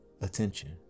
attention